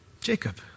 Jacob